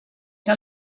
era